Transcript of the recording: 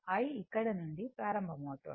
I ఇక్కడ నుండి ప్రారంభమవుతుంది